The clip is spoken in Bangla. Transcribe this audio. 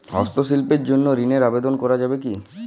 হস্তশিল্পের জন্য ঋনের আবেদন করা যাবে কি?